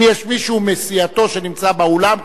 אם יש מישהו מסיעתו שנמצא באולם,